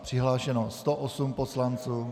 Přihlášeno 108 poslanců.